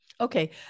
Okay